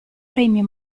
premio